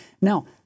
Now